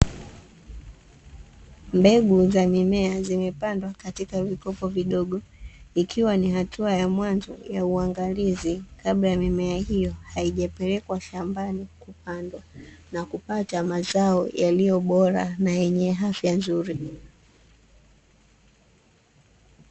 Mbegu za mimea zimepandwa katika vikopo vidogo, ikiwa ni hatua ya mwanzo ya uangalizi kabla ya mimea hiyo haijapelekwa shambani kupandwa na kupata mazao yaliyo bora na yenye afya nzuri.